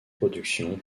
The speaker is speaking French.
production